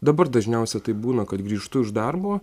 dabar dažniausia taip būna kad grįžtu iš darbo